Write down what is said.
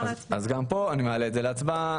אז גם פה, אני מעלה את זה להצבעה.